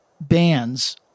bands